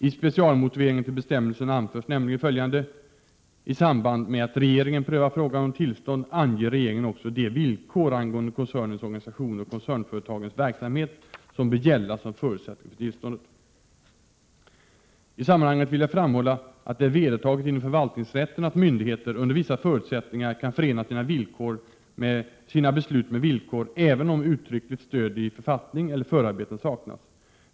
I specialmotiveringen till bestämmelsen anförs nämligen följande: ”I samband med att regeringen prövar frågan om tillstånd anger regeringen också de villkor angående koncernens organisation och koncernföretagens verksamhet m.m. som bör gälla som förutsättning för tillståndet.” I sammanhanget vill jag även framhålla att det är vedertaget inom förvaltningsrätten att myndigheter under vissa förutsättningar kan förena sina beslut med villkor även om uttryckligt stöd i författning eller förarbeten saknas.